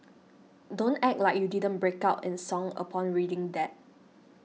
don't act like you didn't break out in song upon reading that